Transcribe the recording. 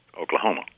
Oklahoma